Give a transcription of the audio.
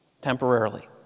temporarily